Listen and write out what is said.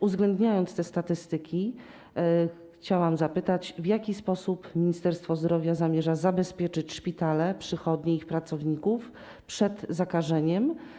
Uwzględniając te statystyki, chciałam zapytać, w jaki sposób Ministerstwo Zdrowia zamierza zabezpieczyć szpitale, przychodnie i ich pracowników przed zakażeniem.